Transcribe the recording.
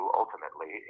ultimately